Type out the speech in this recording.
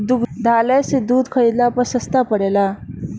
दुग्धालय से दूध खरीदला पर सस्ता पड़ेला?